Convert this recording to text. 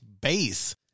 base